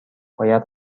باید